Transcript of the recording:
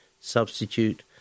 substitute